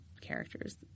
characters